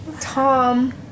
Tom